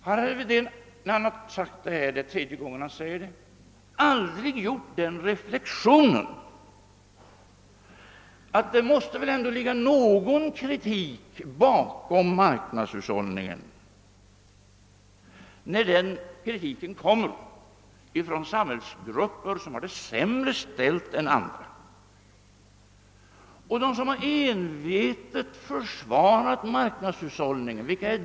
Har herr Wedén då han sagt detta — det är tredje gången han gjort det — aldrig gjort reflexionen att det väl ändå måste ligga någonting bakom kritiken mot marknadshushållningen, särskilt som denna kritik kommer från samhällsgrupper som har det sämre ställt än andra? Vilka är det som envetet har försvarat marknadshushållningen?